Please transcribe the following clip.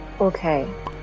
okay